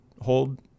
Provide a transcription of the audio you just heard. hold